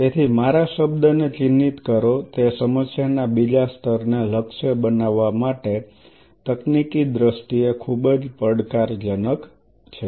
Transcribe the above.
તેથી મારા શબ્દને ચિહ્નિત કરો તે સમસ્યાના બીજા સ્તરને લક્ષ્ય બનાવવા માટે તકનીકી દ્રષ્ટિએ ખૂબ જ પડકારજનક છે